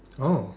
oh